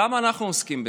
למה אנחנו עוסקים בזה?